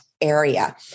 area